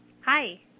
Hi